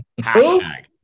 Hashtag